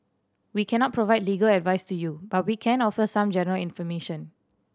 we cannot provide legal advice to you but we can offer some general information